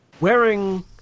wearing